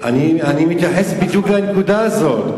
אני מתייחס בדיוק לנקודה הזאת.